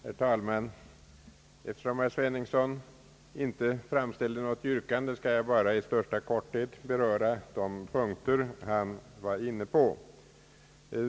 Herr talman! Eftersom herr Sveningsson inte framställde något yrkande skall jag bara i största korthet beröra de punkter han var inne på.